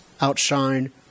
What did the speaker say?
outshine